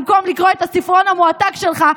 במקום לקרוא את הספרון המועתק שלך,